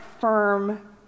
firm